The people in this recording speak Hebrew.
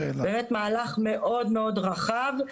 באמת מהלך מאוד רחב.